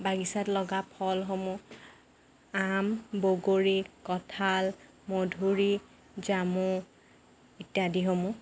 বাগিচাত লগা ফলসমূহ আম বগৰী কঁঠাল মধুৰী জামু ইত্যাদিসমূহ